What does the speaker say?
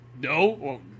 No